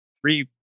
three